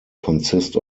consist